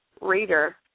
reader